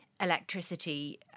electricity